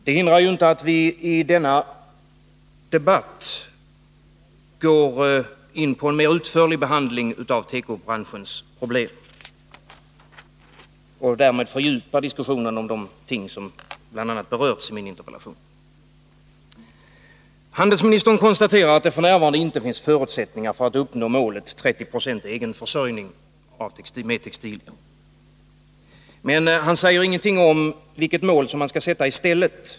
Det hindrar ju inte att vi i denna debatt går in på en mer utförlig behandling av tekobranschens problem och därmed fördjupar diskussionen om de ting som berörs i min interpellation. Handelsministern konstaterar att det f. n. inte finns förutsättningar för att uppnå målet 30 96 egenförsörjning med textilier. Men han säger ingenting om vilket mål som man skall sätta i stället.